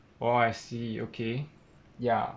oh I see okay ya